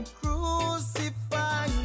crucify